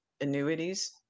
annuities